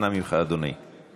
אנא ממך, אדוני.